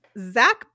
Zach